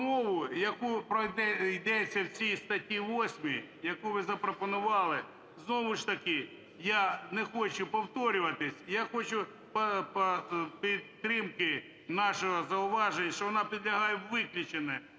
мову, про яку йдеться в цій статті 8, яку ви запропонували. Знову ж таки я не хочу повторюватись. Я хочу підтримки нашого зауваження, що вона підлягає виключення,